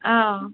অঁ